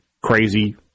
crazy